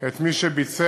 את מי שביצע,